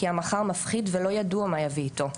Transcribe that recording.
כי המחר מפחיד ולא ידוע מה יביא אתו,